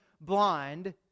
blind